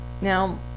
Now